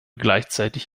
gleichzeitig